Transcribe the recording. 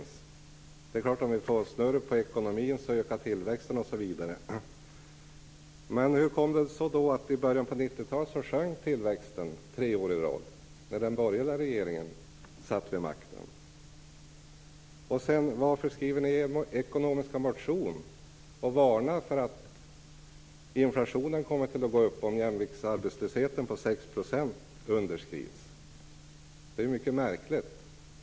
Det är klart att om vi får snurr på ekonomin ökar tillväxten, osv. Men hur kom det sig då att tillväxten sjönk i tre år i rad i början av 90-talet, när det var borgerlig regering? Och varför varnar ni i er ekonomiska motion för att inflationen kommer att gå upp om jämviktsarbetslösheten på 6 % underskrids? Det är ju mycket märkligt.